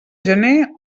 gener